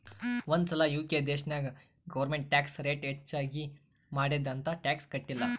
ಒಂದ್ ಸಲಾ ಯು.ಕೆ ದೇಶನಾಗ್ ಗೌರ್ಮೆಂಟ್ ಟ್ಯಾಕ್ಸ್ ರೇಟ್ ಹೆಚ್ಚಿಗ್ ಮಾಡ್ಯಾದ್ ಅಂತ್ ಟ್ಯಾಕ್ಸ ಕಟ್ಟಿಲ್ಲ